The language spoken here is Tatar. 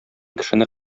кешене